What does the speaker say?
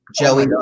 Joey